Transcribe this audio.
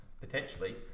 potentially